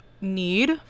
need